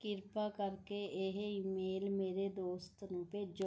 ਕਿਰਪਾ ਕਰਕੇ ਇਹ ਈਮੇਲ ਮੇਰੇ ਦੋਸਤ ਨੂੰ ਭੇਜੋ